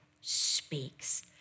speaks